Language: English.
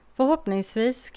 Förhoppningsvis